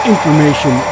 Information